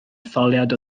etholiad